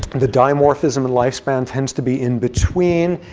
the dimorphism in lifespan tends to be in between.